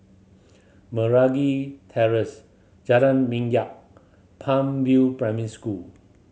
Meragi Terrace Jalan Minyak Palm View Primary School